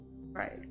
right